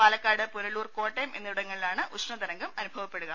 പാലക്കാട് പുനലൂർ കോട്ടയം എന്നിവിടങ്ങളിലാണ് ഉഷ്ണതരംഗം അനുഭവപ്പെടുക